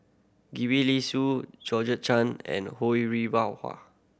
Gwee Li Sui Georgette Chen and Ho Rih